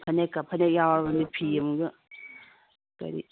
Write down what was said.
ꯐꯅꯦꯛꯀ ꯐꯅꯦꯛ ꯌꯥꯎꯔꯕꯅꯤꯅ ꯐꯤ ꯑꯃꯨꯛꯁꯨ ꯀꯔꯤ